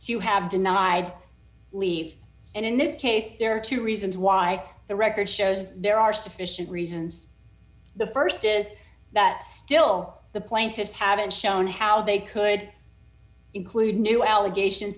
to have denied leave and in this case there are two reasons why the record shows there are sufficient reasons the st is that still the plaintiffs haven't shown how they could include new allegations